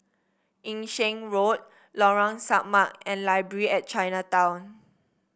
Yung Sheng Road Lorong Samak and Library at Chinatown